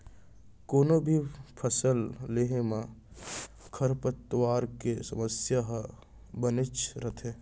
कोनों भी फसल लेहे म खरपतवार के समस्या ह बनेच रथे